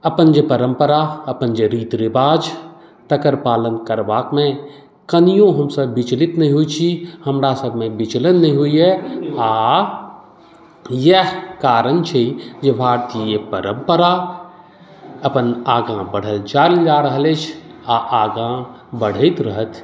अपन जे परम्परा अपन जे रीत रिवाज तकर पालन करबामे कनियो हमसब विचलित नहि होत छी हमरा सबमे विचलन नहि होइया आ इएह कारण छै जे भारतीय परम्परा अपन आगाँ बढ़ैत चलल जा रहल अछि आ आगाँ बढ़ैत रहथि